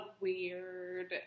weird